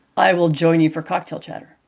i will join you for cocktail chatter.